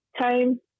time